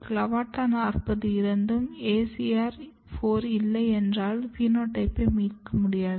CLAVATA 40 இருந்தும் ACR 4 இல்லையென்றால் பினோடைப்பை மீட்க முடியாது